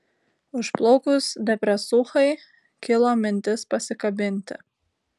užplaukus depresūchai kilo mintis pasikabinti